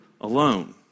alone